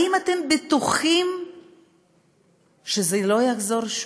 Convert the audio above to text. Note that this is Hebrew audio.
האם אתם בטוחים שזה לא יחזור?